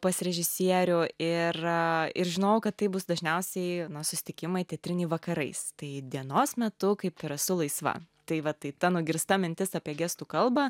pas režisierių ir ir žinojau kad taip bus dažniausiai susitikimai teatriniai vakarais tai dienos metu kaip ir esu laisva tai va tai ta nugirsta mintis apie gestų kalbą